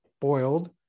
boiled